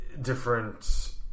different